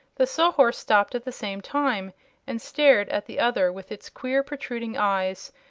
the sawhorse stopped at the same time and stared at the other with its queer protruding eyes,